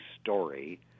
Story